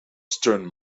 stern